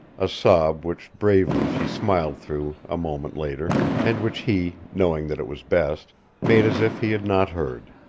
a sob which bravely she smiled through a moment later, and which he knowing that it was best made as if he had not heard.